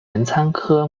玄参科